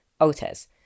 Otis